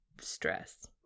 stress